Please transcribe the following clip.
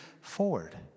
forward